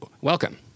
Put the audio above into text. welcome